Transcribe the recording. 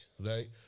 right